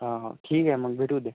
हां हां ठीक आहे मग भेटू उद्या